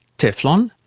teflon,